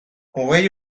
hogei